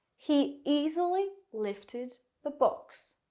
he easily lifted the box.